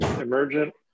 emergent